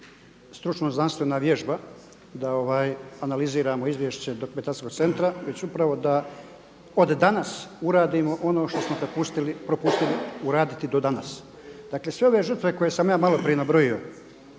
stručno znanstvena vježba da analiziramo izvješće dokumentacijskog centra već upravo da od danas uradimo ono što smo propustili uraditi do danas. Dakle sve ove žrtve koje sam ja maloprije nabrojio